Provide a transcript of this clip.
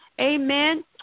amen